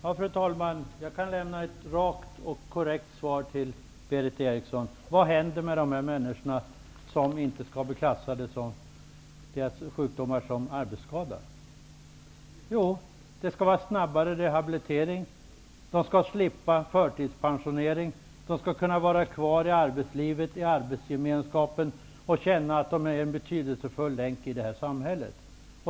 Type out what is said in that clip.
Fru talman! Jag kan lämna ett rakt och korrekt svar till Berith Eriksson. Vad händer med de människor, vilkas sjukdomar inte blir klassade som arbetsskador? Jo, det skall bli snabbare rehabilitering. De skall slippa förtidspensionering och i stället kunna vara kvar i arbetslivet, i arbetsgemenskapen och känna att de är en betydelsefull länk i samhället.